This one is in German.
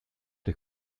der